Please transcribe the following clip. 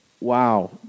wow